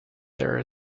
there